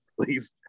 please